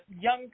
young